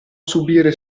subire